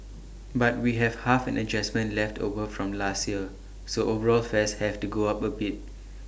but we have half an adjustment left over from last year so overall fares have to go up A bit